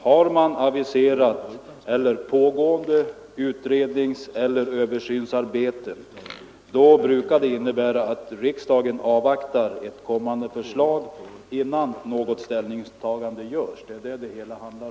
Har pågående utredningseller översynsarbete aviserats, brukar riksdagen innan någon ställning tas avvakta ett kommande förslag.